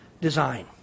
design